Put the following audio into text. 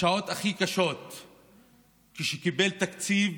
כשקיבל תקציב